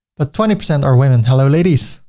but twenty percent are women, hello ladies!